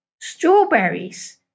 strawberries